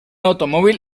automóvil